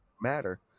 matter